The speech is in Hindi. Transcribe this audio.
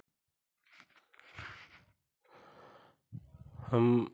हम